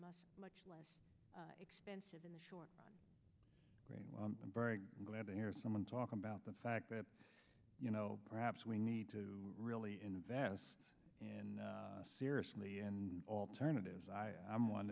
much much less expensive in the short run i'm very glad to hear someone talk about the fact that you know perhaps we need to really invest and seriously and alternatives i i'm one